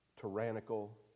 tyrannical